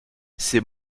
c’est